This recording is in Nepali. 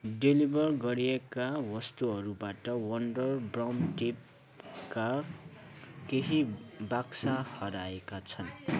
डेलिभर गरिएका वस्तुहरूबाट वन्डर ब्राउन टेपका केही बक्सा हराएका छन्